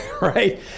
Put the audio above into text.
right